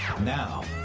Now